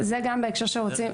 בהקשר הזה,